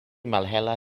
malhela